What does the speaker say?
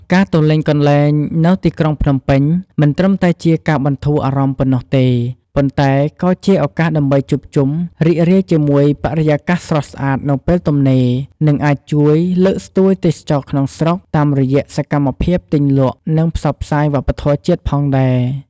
ការទៅលេងកន្លែងនៅទីក្រុងភ្នំពេញ មិនត្រឹមតែជាការបន្ធូរអារម្មណ៍ប៉ុណ្ណោះទេ ប៉ុន្តែក៏ជាឱកាសដើម្បីជួបជុំ រីករាយជាមួយបរិយាកាសស្រស់ស្អាតនៅពេលទំនេរ និងអាចជួយលើកស្ទួយទេសចរណ៍ក្នុងស្រុក តាមរយៈសម្មភាពទិញ លក់និងផ្សព្វផ្សាយវប្បធម៌ជាតិផងដែរ។